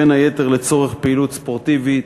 בין היתר לצורך פעילות ספורטיבית,